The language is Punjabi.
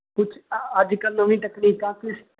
ਕੁਛ ਅੱਜਕੱਲ੍ਹ ਨਵੀਂ ਟੈਕਨੀਕ ਕਾਫੀ